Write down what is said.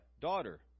daughter